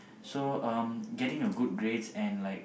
so um getting a good grade and like